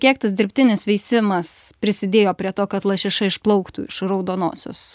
kiek tas dirbtinis veisimas prisidėjo prie to kad lašiša išplauktų iš raudonosios